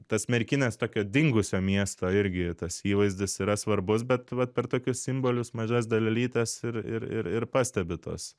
tas merkinės tokio dingusio miesto irgi tas įvaizdis yra svarbus bet vat per tokius simbolius mažas dalelytes ir ir ir ir pastebi tuos